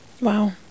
Wow